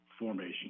formation